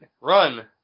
Run